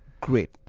Great